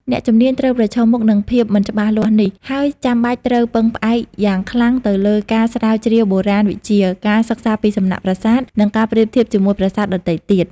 អ្នកជំនាញត្រូវប្រឈមមុខនឹងភាពមិនច្បាស់លាស់នេះ ហើយចាំបាច់ត្រូវពឹងផ្អែកយ៉ាងខ្លាំងទៅលើ ការស្រាវជ្រាវបុរាណវិទ្យា ការសិក្សាពីសំណល់ប្រាសាទ និងការប្រៀបធៀបជាមួយប្រាសាទដទៃទៀត។